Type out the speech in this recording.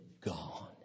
gone